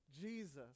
Jesus